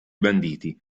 banditi